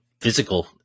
physical